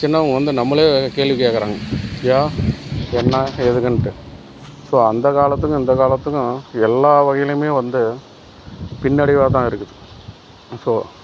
சின்னவங்க வந்து நம்மளே கேள்வி கேட்குறாங்க ஏன் என்ன எதுக்குன்ட்டு ஸோ அந்த காலத்துக்கும் இந்த காலத்துக்கும் எல்லா வகையிலையுமே வந்து பின்னடைவாக தான் இருக்குது ஸோ